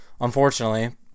unfortunately